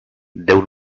déu